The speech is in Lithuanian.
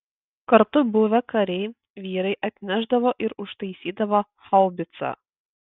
kartu buvę kariai vyrai atnešdavo ir užtaisydavo haubicą